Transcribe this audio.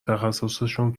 تخصصشون